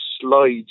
slides